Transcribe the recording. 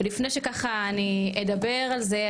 ולפני שאני אדבר על זה,